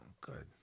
good